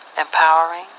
empowering